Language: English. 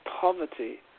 poverty